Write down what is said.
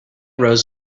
rows